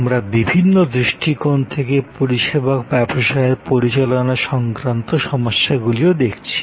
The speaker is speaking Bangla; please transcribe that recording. আমরা বিভিন্ন দৃষ্টিকোণ থেকে পরিষেবা ব্যবসায়ের পরিচালনা সংক্রান্ত সমস্যাগুলি দেখছি